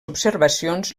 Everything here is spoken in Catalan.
observacions